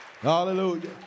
Hallelujah